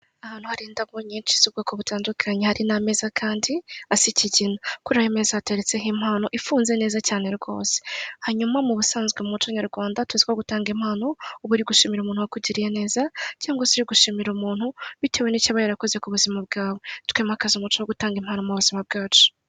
Ahantu hari indabo nyinshi z'ubwoko butandukanye hari n'ameza kandi asa ikigina, kuri ayo meza hateretseho impano ifunze neza cyane rwose, hanyuma mu busanzwe mu muco nyarwanda tuzi ko gutanga impano uba uri gushimira umuntu wakugiriye neza cyangwa se uri gushimira umuntu bitewe n'icyo aba yarakoze ku buzima bwawe, twimakaze umuco wo gutanga impano mu buzima bwacu.